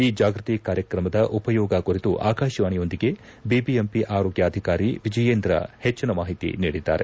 ಈ ಜಾಗೃತಿ ಕಾರ್ಯಕ್ರಮದ ಉಪಯೋಗ ಕುರಿತು ಆಕಾಶವಾಣಿಯೊಂದಿಗೆ ಬಿಬಿಎಂಪಿ ಆರೋಗ್ಯಾಧಿಕಾರಿ ವಿಜಯೇಂದ್ರ ಹೆಚ್ಚಿನ ಮಾಹಿತಿ ನೀಡಿದ್ದಾರೆ